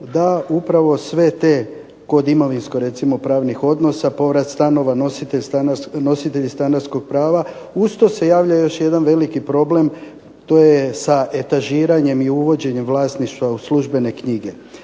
da sve te kod imovinsko-pravnih odnosa povrat stanova, nositelj stanarskog prava, uz to se rješava još jedan problem, to je s etažiranjem i uvođenjem vlasništva u službene knjige.